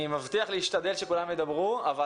אני מבטיח להשתדל להביא לכך שכולם ידברו,